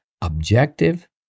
objective